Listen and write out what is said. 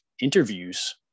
interviews